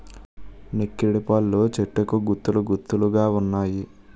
నెక్కిడిపళ్ళు చెట్టుకు గుత్తులు గుత్తులు గావున్నాయి